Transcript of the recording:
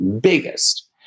Biggest